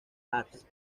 arts